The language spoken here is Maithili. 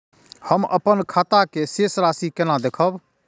हम अपन खाता के शेष राशि केना देखब?